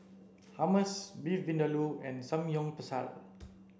Hummus Beef Vindaloo and Samgyeopsal